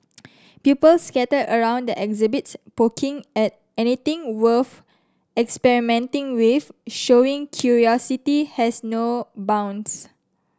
pupils scattered around the exhibits poking at anything worth experimenting with showing curiosity has no bounds